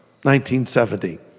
1970